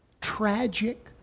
tragic